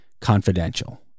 confidential